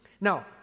now